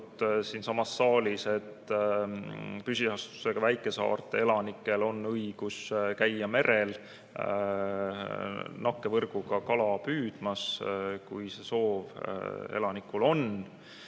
siinsamas saalis, et püsiasustusega väikesaarte elanikel on õigus käia merel nakkevõrguga kala püüdmas, kui see soov elanikul on.